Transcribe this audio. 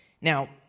Now